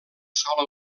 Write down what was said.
sola